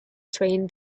train